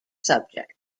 subject